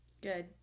Good